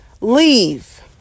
leave